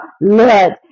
let